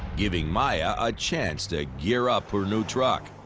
giving maya a chance to gear up her new truck.